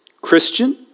Christian